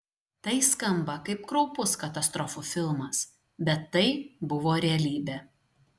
tai skamba kaip kraupus katastrofų filmas bet tai buvo realybė